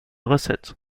recette